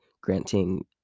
granting